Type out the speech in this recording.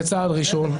זה צעד ראשון,